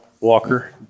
Walker